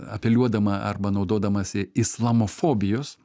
apeliuodama arba naudodamasi islamofobijos